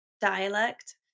dialect